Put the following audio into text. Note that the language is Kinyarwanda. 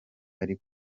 ari